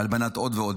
הלבנת הון ועוד.